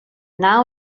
now